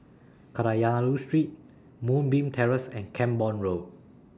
Kadayanallur Street Moonbeam Terrace and Camborne Road